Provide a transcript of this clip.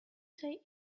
say